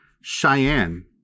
Cheyenne